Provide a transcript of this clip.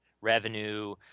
revenue